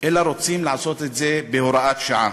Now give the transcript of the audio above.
אלא רוצים לעשות את זה בהוראת שעה.